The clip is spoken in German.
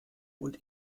und